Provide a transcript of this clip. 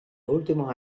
últimos